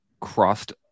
crossed